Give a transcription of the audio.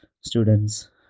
students